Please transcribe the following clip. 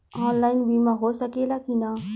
Online बीमा हो सकेला की ना?